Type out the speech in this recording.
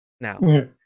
now